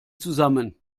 zusammen